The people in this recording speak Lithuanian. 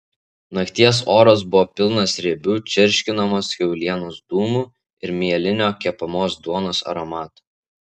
nakties oras buvo pilnas riebių čirškinamos kiaulienos dūmų ir mielinio kepamos duonos aromato